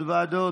עוד ועדות?